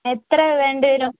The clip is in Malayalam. എത്ര വേണ്ടിവരും